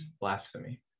blasphemy